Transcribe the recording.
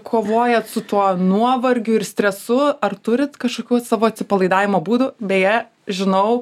kovojat su tuo nuovargiu ir stresu ar turit kažkokių savo atsipalaidavimo būdų beje žinau